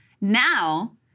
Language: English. Now